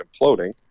imploding